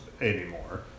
anymore